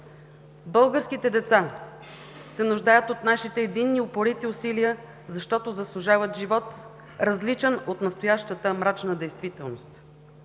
българските деца се нуждаят от нашите единни и упорити усилия, защото заслужават живот, различен от настоящата мрачна действителност.